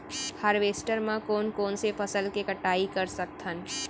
Harvester म कोन कोन से फसल के कटाई कर सकथन?